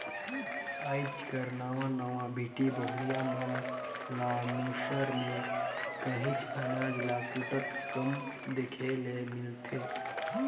आएज कर नावा नावा बेटी बहुरिया मन ल मूसर में काहींच अनाज ल कूटत कम देखे ले मिलथे